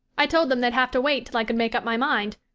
i told them they'd have to wait till i could make up my mind.